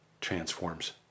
transforms